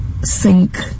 Sink